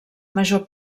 major